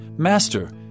Master